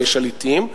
שליטים,